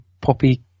poppy